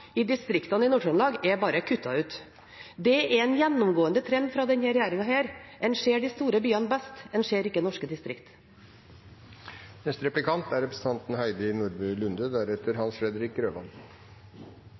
i distriktene i Nord-Trøndelag, er bare kuttet ut. Det er en gjennomgående trend hos denne regjeringen: En ser de store byene best, en ser ikke norske distrikter. I et innlegg i Dagens Næringsliv spør tidligere arbeiderpartipolitiker Merethe Storødegård om vi ikke vil ha